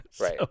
right